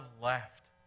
left